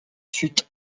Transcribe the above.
fut